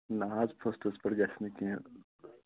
نہَ حظ فَسٹس پیٚٹھ گژھِ نہٕ کیٚنٛہہ